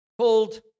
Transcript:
called